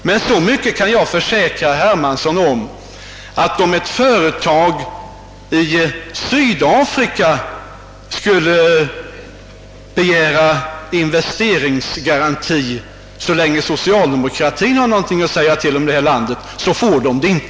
Men så mycket kan jag försäkra herr Hermansson, att om ett företag i Sydafrika skulle begära investeringsgaranti, så kommer det inte att få någon sådan så länge ' socialdemokratin har någonting att säga till om i detta land.